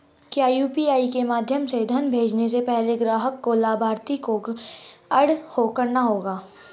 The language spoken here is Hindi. क्या यू.पी.आई के माध्यम से धन भेजने से पहले ग्राहक को लाभार्थी को एड करना होगा?